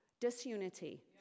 Disunity